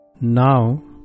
Now